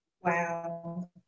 Wow